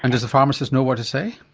and does the pharmacist know what to say?